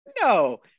No